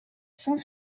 cent